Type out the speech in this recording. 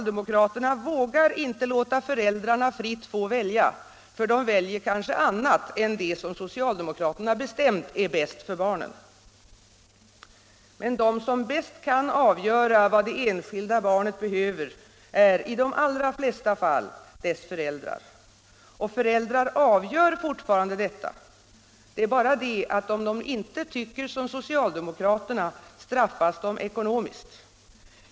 De vågar inte låta föräldrarna fritt få välja — för de väljer kanske annat än det som socialdemokraterna bestämt är bäst för barnen. Men de som bäst kan avgöra vad det enskilda barnet behöver är i de allra flesta fall dess föräldrar. Och föräldrar avgör forfarande detta — men om de inte tycker som socialdemokraterna straffas de ekonomiskt.